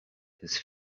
his